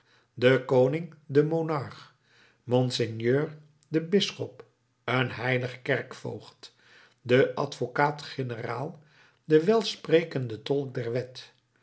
de koning de monarch monseigneur de bisschop een heilig kerkvoogd de advocaat-generaal de welsprekende tolk der wet